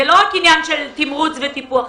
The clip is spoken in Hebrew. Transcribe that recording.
זה לא רק עניין של תמרוץ וטיפוח.